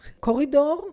corridor